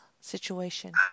situation